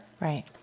Right